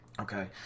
Okay